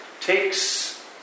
takes